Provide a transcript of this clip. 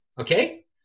okay